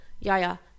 Yaya